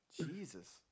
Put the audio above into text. Jesus